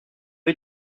rez